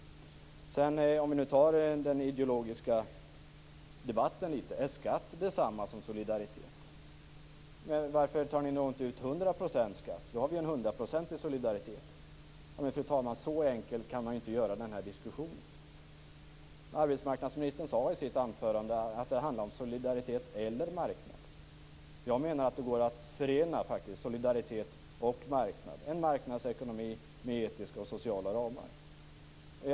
Låt oss ta en ideologisk debatt litet grand. Är skatt detsamma som solidaritet? Varför tar ni då inte ut 100 % skatt? Då har vi en hundraprocentig solidaritet. Fru talman, så enkel kan man inte göra den här diskussionen. Arbetsmarknadsministern sade i sitt anförande att det handlade om solidaritet eller marknad. Jag menar att det går att förena solidaritet och marknad, en marknadsekonomi med etiska och sociala ramar.